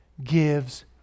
gives